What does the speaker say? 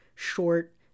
short